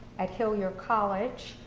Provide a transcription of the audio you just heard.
at hillyer college,